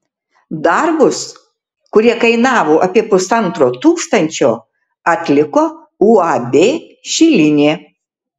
darbus kurie kainavo apie pusantro tūkstančio atliko uab šilinė